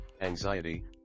anxiety